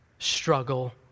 Struggle